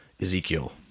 Ezekiel